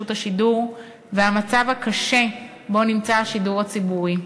השידור והמצב הקשה שבו נמצא השידור הציבורי.